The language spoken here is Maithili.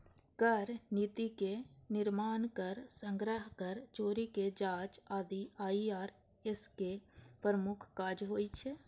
कर नीतिक निर्माण, कर संग्रह, कर चोरीक जांच आदि आई.आर.एस के प्रमुख काज होइ छै